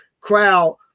crowd